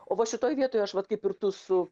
o va šitoj vietoj aš vat kaip ir tu su